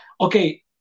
okay